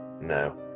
No